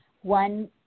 one